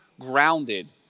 grounded